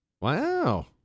wow